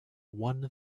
one